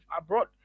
abroad